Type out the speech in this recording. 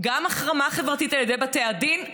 גם החרמה חברתית על ידי בתי הדין,